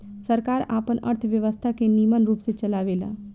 सरकार आपन अर्थव्यवस्था के निमन रूप से चलावेला